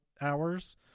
hours